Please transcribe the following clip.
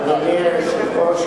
אדוני היושב-ראש,